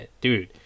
dude